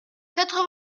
quatre